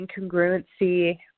incongruency